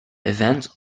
events